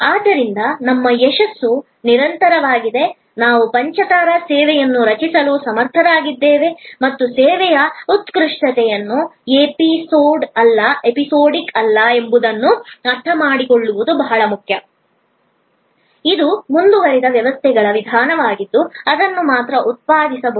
ಆದ್ದರಿಂದ ನಮ್ಮ ಯಶಸ್ಸು ನಿರಂತರವಾಗಿದೆ ನಾವು ಪಂಚತಾರಾ ಸೇವೆಯನ್ನು ರಚಿಸಲು ಸಮರ್ಥರಾಗಿದ್ದೇವೆ ಮತ್ತು ಸೇವೆಯ ಉತ್ಕೃಷ್ಟತೆಯು ಎಪಿಸೋಡಿಕ್ ಅಲ್ಲ ಎಂಬುದನ್ನು ಅರ್ಥಮಾಡಿಕೊಳ್ಳುವುದು ಬಹಳ ಮುಖ್ಯ ಇದು ಮುಂದುವರಿದ ವ್ಯವಸ್ಥೆಗಳ ವಿಧಾನವಾಗಿದ್ದು ಅದನ್ನು ಮಾತ್ರ ಉತ್ಪಾದಿಸಬಹುದು